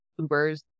Ubers